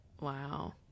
wow